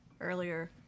earlier